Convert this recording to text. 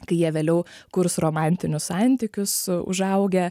kai jie vėliau kurs romantinius santykius užaugę